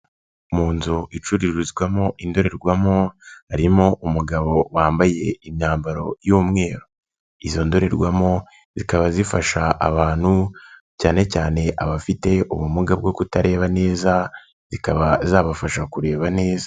Mu nzu icururizwamo indorerwamo harimo umugabo wambaye imyambaro y'umweru, izo ndorerwamo zikaba zifasha abantu cyane cyane abafite ubumuga bwo kutareba neza zikaba zabafasha kureba neza.